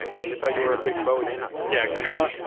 they thought you were a big bowie fan. yeah right.